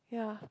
yeah